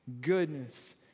goodness